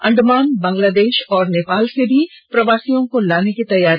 अण्डमान बंगलादेश और नेपाल से भी प्रवासियों को लाने की तैयारी